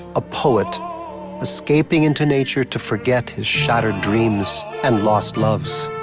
a poet escaping into nature to forget his shattered dreams and lost loves.